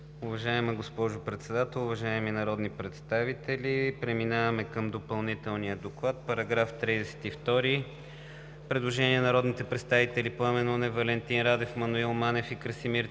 Уважаема госпожо Председател, уважаеми народни представители! Връщаме се към основния Доклад. Предложение от народните представители Пламен Нунев, Валентин Радев, Маноил Манев и Красимир Ципов.